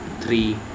three